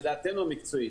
דעתנו המקצועית,